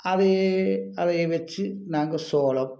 அதே அதைய வச்சி நாங்கள் சோளம்